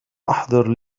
أحضر